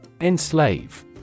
Enslave